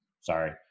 Sorry